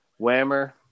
Whammer